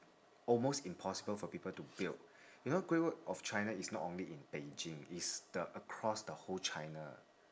almost impossible for people to build you know great wall of china it's not only in beijing it's the across the whole china